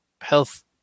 health